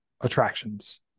attractions